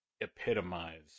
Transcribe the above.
epitomize